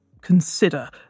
consider